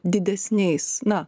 didesniais na